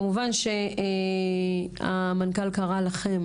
כמובן שהמנכ"ל קרא לכן,